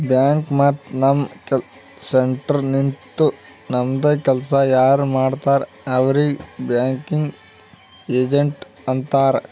bank ಮತ್ತ ನಮ್ centre ನಿಂತು ನಮ್ದು ಕೆಲ್ಸಾ ಯಾರ್ ಮಾಡ್ತಾರ್ ಅವ್ರಿಗ್ ಬ್ಯಾಂಕಿಂಗ್ ಏಜೆಂಟ್ ಅಂತಾರ್